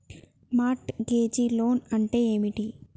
Mart gauge loan అంటే ఏమిటి?